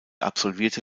absolvierte